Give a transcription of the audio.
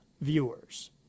viewers